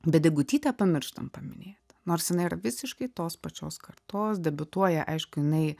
bet degutytę pamirštam paminėt nors jinai yra visiškai tos pačios kartos debiutuoja aišku jinai